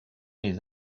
les